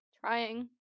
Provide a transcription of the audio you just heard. trying